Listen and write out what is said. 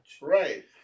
Right